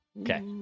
Okay